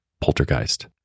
poltergeist